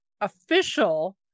official